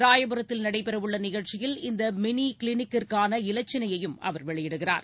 ராயபுரத்தில் நடைபெறவுள்ள நிகழ்ச்சியில் இந்த மினி கிளினிக் கான இலட்சினையையும் வெளியிடுகிறார்